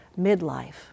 midlife